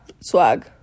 swag